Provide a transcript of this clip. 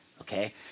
okay